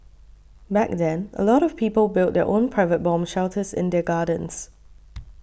back then a lot of people built their own private bomb shelters in their gardens